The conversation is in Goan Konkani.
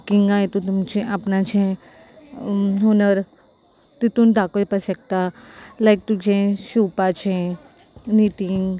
कुकिंगा हितून तुमचें आपणाचें हुनर तितून दाखयपा शकता लायक तुजें शिंवपाचें निटींग